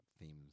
themes